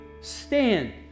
Stand